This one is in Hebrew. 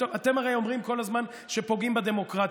אתם הרי אומרים כל הזמן שפוגעים בדמוקרטיה.